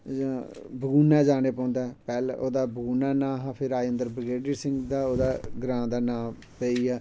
बगुनै जाना पौंदा ऐ पैह्लै ओह्दा बगुना नांऽ हा फिर राजेंद्र ब्रगेडियर सिहं ओह्दा ग्रांऽ दा नां पेईया